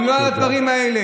אם לא על הדברים האלה?